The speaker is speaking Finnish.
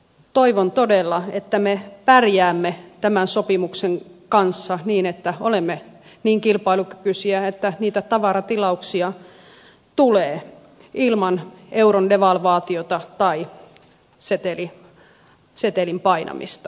toivon todella että me pärjäämme tämän sopimuksen kanssa niin että olemme niin kilpailukykyisiä että niitä tavaratilauksia tulee ilman euron devalvaatiota tai setelin painamista